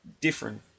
different